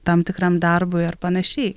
tam tikram darbui ar panašiai